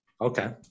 Okay